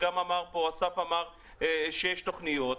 אסף זמיר אמר שיש תוכניות,